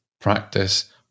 practice